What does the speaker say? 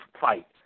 fight